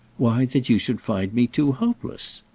why that you should find me too hopeless.